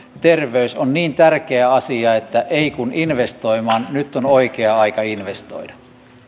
terveys on niin tärkeä asia että ei kun investoimaan nyt on oikea aika investoida